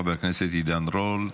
חבר הכנסת עידן רול.